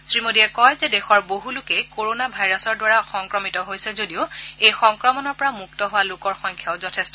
শ্ৰীমোদীয়ে কয় যে দেশৰ বহু লোকেই কৰণা ভাইৰাছৰ দ্বাৰা সংক্ৰমিত হৈছে যদিও এই সংক্ৰমণৰ পৰা মুক্ত হোৱা লোকৰ সংখ্যাও যথেষ্ট